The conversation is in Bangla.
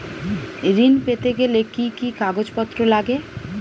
ঋণ পেতে গেলে কি কি কাগজপত্র লাগে?